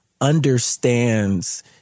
understands